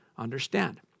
understand